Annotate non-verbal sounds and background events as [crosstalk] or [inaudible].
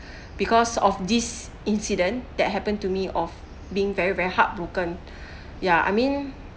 [breath] because of this incident that happen to me of being very very heartbroken [breath] ya I mean